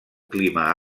clima